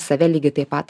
save lygiai taip pat